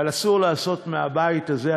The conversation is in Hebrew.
אבל אסור לעשות מהבית הזה,